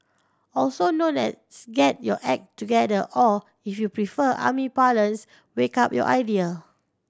also known as get your act together or if you prefer army parlance wake up your idea